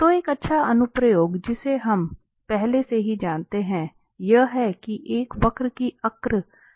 तो एक अच्छा अनुप्रयोग जिसे हम पहले से ही जानते हैं यह है कि एक वक्र की अर्क लंबाई को कैसे खोजा जाए